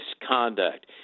misconduct